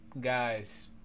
guys